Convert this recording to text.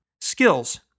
Skills